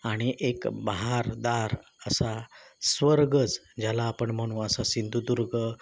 आणि एक बहारदार असा स्वर्गच ज्याला आपण म्हणू असा सिंधुदुर्ग